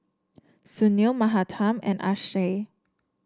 Sunil Mahatma and Akshay